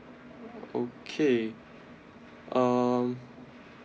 okay um